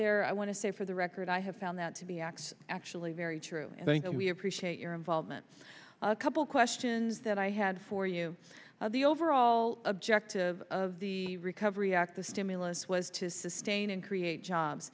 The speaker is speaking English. there i want to say for the record i have found that to be x actually very true i think that we appreciate your involvement a couple questions that i had for you the overall objective of the recovery act the stimulus was to sustain and create jobs